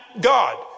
God